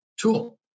tool